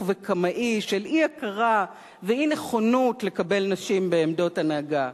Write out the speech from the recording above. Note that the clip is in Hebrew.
וקמאי של אי-הכרה ואי-נכונות לקבל נשים בעמדות הנהגה.